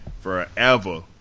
forever